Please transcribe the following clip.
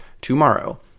tomorrow